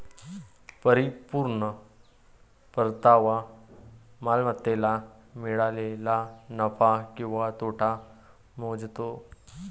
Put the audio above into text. परिपूर्ण परतावा मालमत्तेला मिळालेला नफा किंवा तोटा मोजतो